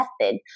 method